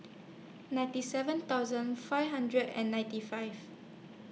ninety seven thousand five hundred and ninety five